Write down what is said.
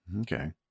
Okay